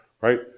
right